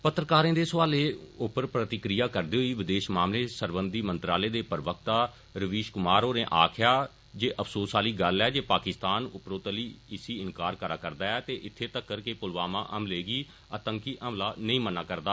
पत्रकारें दे सौआलें पर प्रतिक्रिया करदे होई विदेश मामले सरबंधी मंत्रालय दे प्रवक्ता रवीश क्मार होरें आक्खेया अफसोस आहली गल्ल ऐ जे पाकिस्तान उप्परोतली इस्सी इन्कार करा रदे ऐ ते इत्थे तक्कर के प्लवामा हमले गी आतंकी हमला नेई मनना रदा